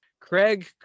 Craig